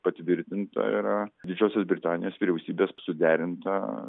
patvirtinta yra didžiosios britanijos vyriausybės suderinta